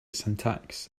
syntax